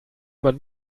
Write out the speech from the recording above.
man